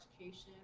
education